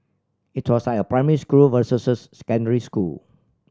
it was like primary school versus secondary school